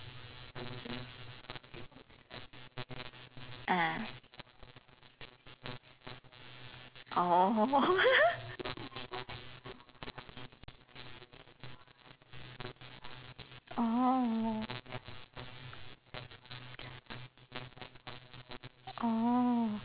ah oh oh oh